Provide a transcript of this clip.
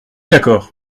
d’accord